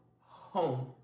home